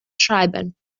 schreiben